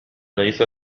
ليست